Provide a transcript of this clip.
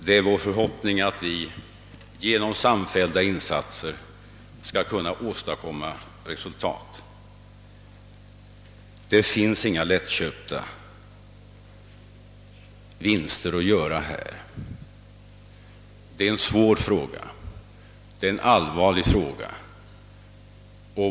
Det är vår förhoppning att vi genom samfällda insatser skall kunna åstadkomma resultat. Det finns inga lättköpta vinster att göra. Det är en svår fråga. Det är en allvarlig fråga.